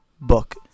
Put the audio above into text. book